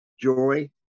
Joy